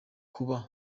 kuba